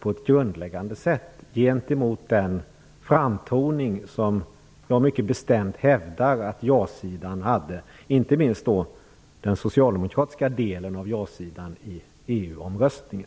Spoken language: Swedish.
på ett grundläggande sätt strider mot den framtoning som jag mycket bestämt hävdar att ja-sidan hade, inte minst den socialdemokratiska delen av ja-sidan i EU omröstningen.